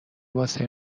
واسه